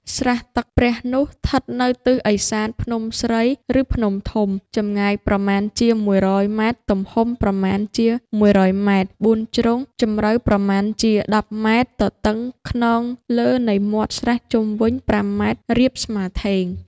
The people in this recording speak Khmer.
ស្រះទឹកព្រះនោះ ឋិតនៅទិសឦសានភ្នំស្រី ឬ ភ្នំធំ ចម្ងាយប្រមាណជា ១០០ ម. ទំហំប្រមាណជា ១០០ ម៉ែត្រ ៤ ជ្រុង, ជម្រៅប្រមាណជា ១០ ម. ទទឹងខ្នងលើនៃមាត់ស្រះជុំវិញ ៥ ម. រាបស្មើធេង ។